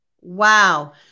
Wow